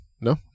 No